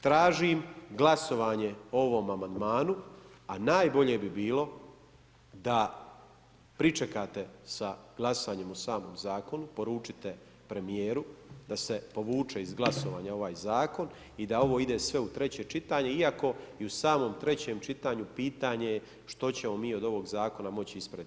Tražim glasovanje o ovom amandmanu, a najbolje bi bilo da pričekate sa glasanjem o samom zakonu, poručite premijeru, da se povuče iz glasovanja ovaj zakon i da ovo ide sve u treće čitanje, iako u samom trećem čitanju pitanje je što ćemo mi od ovog zakona moći ispraviti.